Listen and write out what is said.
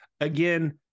Again